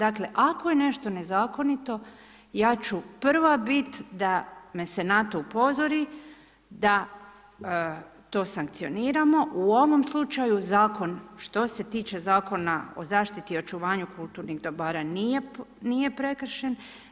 Ako je nešto nezakonito, ja ću prva biti da me se na to upozori, da to sankcioniramo, u ovom slučaju što se tiče zakona o zaštiti i očuvanju kulturnih dobara, nije prekršen.